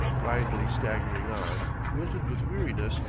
blindly staggering on, wilted with weariness,